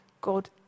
God